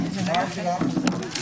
הישיבה ננעלה בשעה